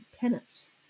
penance